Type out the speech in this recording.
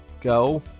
Go